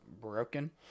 broken